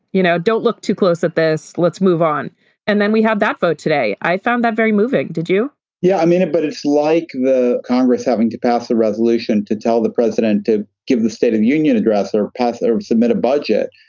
you know don't look too close at this. let's move on and then we have that vote today. i found that very moving. did you yeah i mean it but it's like the congress having to pass a resolution to tell the president to give the state of the union address or pass or and submit a budget.